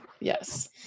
yes